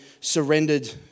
surrendered